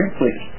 please